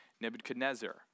Nebuchadnezzar